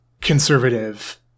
conservative